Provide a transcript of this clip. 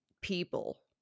people